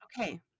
Okay